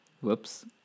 Whoops